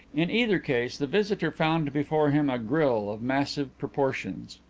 in either case the visitor found before him a grille of massive proportions.